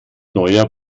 neuer